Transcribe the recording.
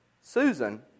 Susan